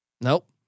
Nope